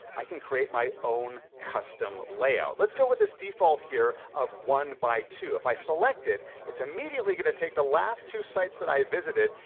i can create my own custom layout. let's go with this default here, of one by two. if i select it, it's immediately gonna take the last two sites that i visited,